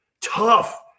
tough